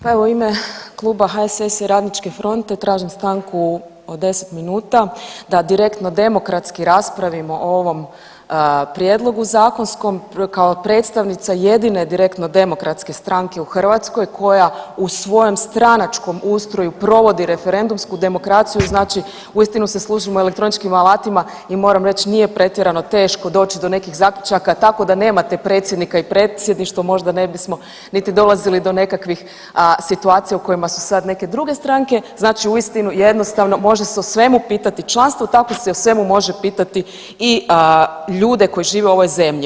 Pa evo u ime Kluba HSS-a i RF tražim stanku od 10 minuta da direktno demokratski raspravimo o ovom prijedlogu zakonskom kao predstavnica jedine direktno demokratske stranke u Hrvatskoj koja u svojem stranačkom ustroju provodi referendumsku demokraciju, znači uistinu se služimo elektroničkim alatima i moram reć nije pretjerano teško doći do nekih zaključaka tako da nemate predsjednika i predsjedništvo možda ne bismo niti dolazili do nekakvih situacija u kojima su sad neke druge stranke, znači uistinu jednostavno može se o svemu pitati članstvo, tako se i o svemu može pitati i ljude koji žive u ovoj zemlji.